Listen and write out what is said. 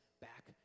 back